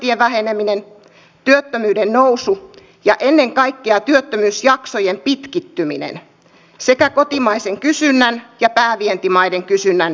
investointien väheneminen työttömyyden nousu ja ennen kaikkea työttömyysjaksojen pitkittyminen sekä kotimaisen kysynnän ja päävientimaiden kysynnän heikentyminen